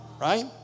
Right